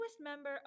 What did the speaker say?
member